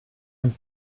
and